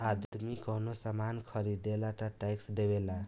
आदमी कवनो सामान ख़रीदेला तऽ टैक्स देवेला